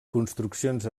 construccions